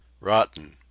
Rotten